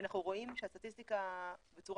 ואנחנו רואים לפי הסטטיסטיקה בצורה